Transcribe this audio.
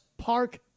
Park